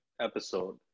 episode